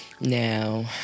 Now